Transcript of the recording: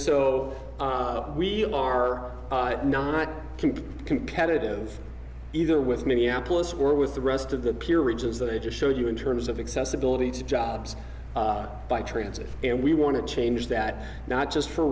so we are not competitive either with minneapolis we're with the rest of the pure regions that i just showed you in terms of accessibility to jobs by transit and we want to change that not just for